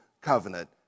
covenant